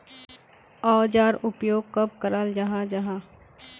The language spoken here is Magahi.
औजार उपयोग कब कराल जाहा जाहा?